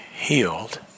healed